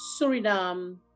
Suriname